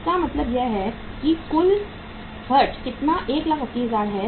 इसका मतलब है कि कुल खर्च कितना 180000 है